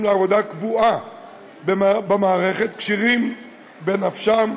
לעבודה קבועה במערכת כשירים בנפשם,